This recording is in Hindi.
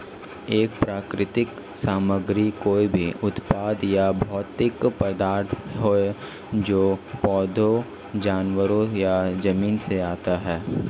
एक प्राकृतिक सामग्री कोई भी उत्पाद या भौतिक पदार्थ है जो पौधों, जानवरों या जमीन से आता है